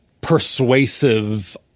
persuasive